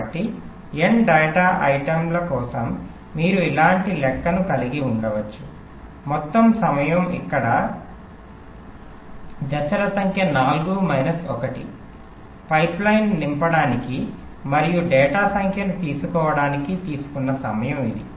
కాబట్టి n data ఐటెమ్ల కోసం మీరు ఇలాంటి లెక్కను కలిగి ఉండవచ్చు మొత్తం సమయం ఇక్కడ దశల సంఖ్య 4 మైనస్ 1 పైప్లైన్ నింపడానికి మరియు డేటా సంఖ్యను తీసుకోవడానికి తీసుకున్న సమయం ఇది